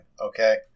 Okay